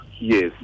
Yes